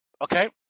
Okay